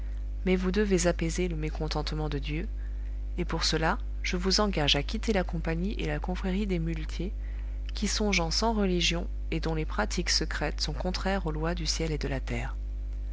mais vous devez apaiser le mécontentement de dieu et pour cela je vous engage à quitter la compagnie et la confrérie des muletiers qui sont gens sans religion et dont les pratiques secrètes sont contraires aux lois du ciel et de la terre